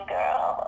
Girl